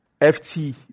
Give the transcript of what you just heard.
ft